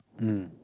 mm